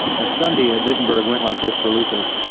a sunday at wittenberg went like this, for luther.